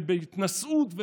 ובהתנשאות,